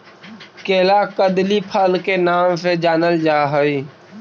केला कदली फल के नाम से जानल जा हइ